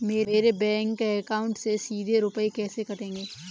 मेरे bank account से सीधे रुपए कैसे कटेंगे?